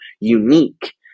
unique